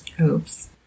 Oops